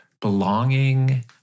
belonging